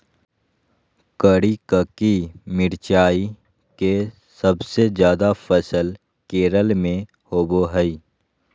करिककी मिरचाई के सबसे ज्यादा फसल केरल में होबो हइ